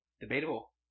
Debatable